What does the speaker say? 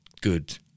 good